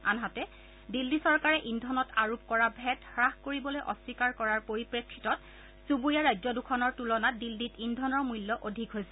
আনহাতে দিল্লী চৰকাৰে ইন্ধনত আৰোপ কৰা ভেট হ্ৰাস কৰিবলৈ অস্বীকাৰ কৰাৰ পৰিপ্ৰেক্ষিতত চুবুৰীয়া ৰাজ্য দুখনৰ তূলনাত দিল্লীত ইন্ধনৰ মূল্য অধিক হৈছে